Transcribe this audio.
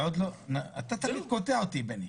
אתה תמיד קוטע אותי, בני.